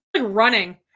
running